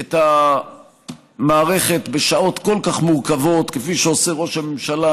את המערכת בשעות כל כך מורכבות כפי שעושה ראש הממשלה,